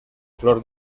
flor